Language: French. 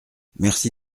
merci